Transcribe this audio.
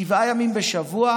שבעה ימים בשבוע,